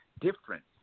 difference